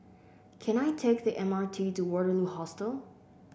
can I take the M R T to Waterloo Hostel